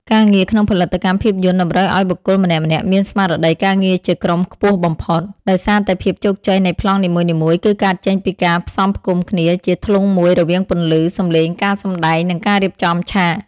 ការងារក្នុងផលិតកម្មភាពយន្តតម្រូវឱ្យបុគ្គលម្នាក់ៗមានស្មារតីការងារជាក្រុមខ្ពស់បំផុត ដោយសារតែភាពជោគជ័យនៃប្លង់នីមួយៗគឺកើតចេញពីការផ្សំផ្គុំគ្នាជាធ្លុងមួយរវាងពន្លឺ សំឡេង ការសម្ដែង និងការរៀបចំឆាក។